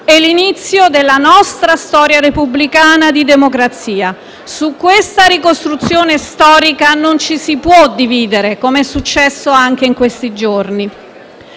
e l'inizio della nostra storia repubblicana di democrazia. *(Applausi dal Gruppo PD)*. Su questa ricostruzione storica non ci si può dividere come è successo anche in questi giorni.